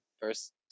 first